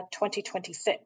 2026